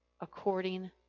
according